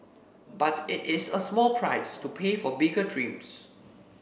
but it is a small price to pay for bigger dreams